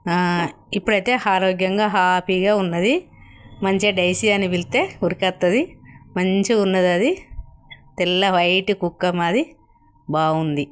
ఇప్పుడైతే ఆరోగ్యంగా హ్యాపీగా ఉన్నది మంచిగా డైసి అని పిలిస్తే ఉరికి వస్తుంది మంచిగా ఉంది అది తెల్ల వైట్ కుక్క మాది బాగుంది